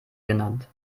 genannt